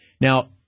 Now